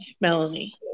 Melanie